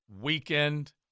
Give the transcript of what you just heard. weekend